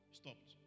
stopped